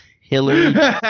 Hillary